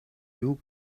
you